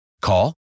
Call